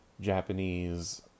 Japanese